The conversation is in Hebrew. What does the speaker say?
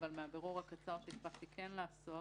מהבירור הקצר שהספקתי לעשות,